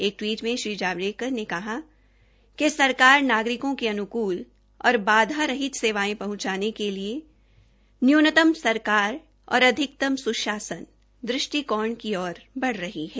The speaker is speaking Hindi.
एक टवीट में श्री जावड़ेकर ने कहा कि सरकार नागरिकों के अनुकूल और बाधा रहित सेवायें पहुंचाने के लिए न्यूनतम सरकार और अधिकतम सुशासन दृष्टिकोध की ओर बढ़ रही है